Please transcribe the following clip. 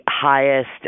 highest